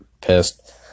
pissed